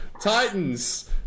Titans